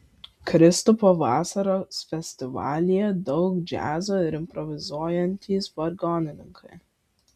kristupo vasaros festivalyje daug džiazo ir improvizuojantys vargonininkai